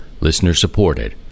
listener-supported